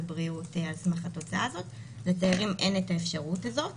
חייבים לעשות תיאום ציפיות יהיו חולים ויהיו הדבקות,